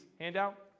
handout